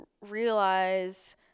realize